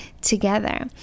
together